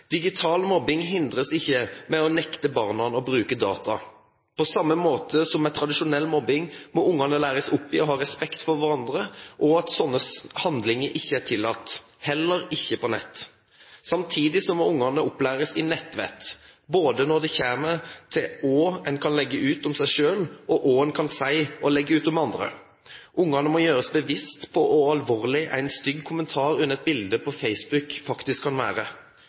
Digital mobbing hindres ikke ved å nekte barna å bruke data. På samme måte som ved tradisjonell mobbing må barna læres opp i å ha respekt for hverandre og at slike handlinger ikke er tillatt, heller ikke på nett. Samtidig må barna opplæres i nettvett, både når det kommer til hva man kan legge ut om seg selv, og hva man kan si og legge ut om andre. Barna må gjøres bevisste på hvor alvorlig en stygg kommentar under et bilde på Facebook kan være.